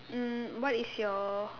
um what is your